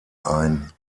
ein